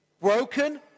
broken